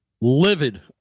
livid